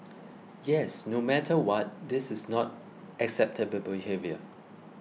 yes no matter what this is not acceptable behaviour